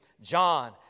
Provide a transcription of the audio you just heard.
John